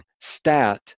STAT